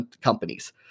companies